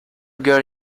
girl